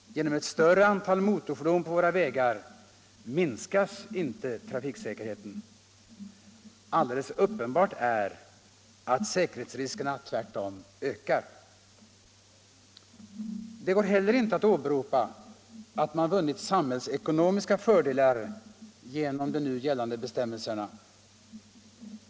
Genom ett större antal motorfordon på våra vägar ökar inte trafiksäkerheten — alldeles uppenbart är att i stället säkerhetsriskerna ökar! Inte heller går det att åberopa att man vunnit samhällsekonomiska fördelar med de nu gällande bestämmelserna.